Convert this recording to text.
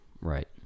right